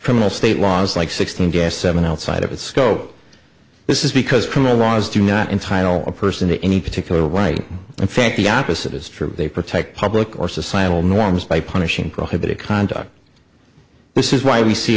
criminal state laws like sixteen guest seven outside of its scope this is because criminal laws do not entitle a person to any particular right in fact the opposite is true they protect public or societal norms by punishing prohibited conduct this is why you see